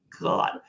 god